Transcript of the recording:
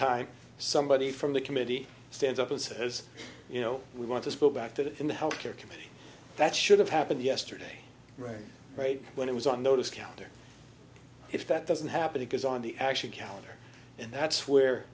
time somebody from the committee stands up and says you know we want this bill back to the in the healthcare committee that should have happened yesterday right right when it was on notice counter if that doesn't happen it is on the actually calendar and that's where